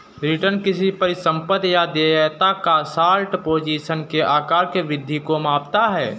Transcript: return किसी परिसंपत्ति या देयता या शॉर्ट पोजीशन के आकार में वृद्धि को मापता है